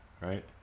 right